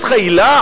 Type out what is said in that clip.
יש לך עילה?